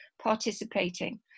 participating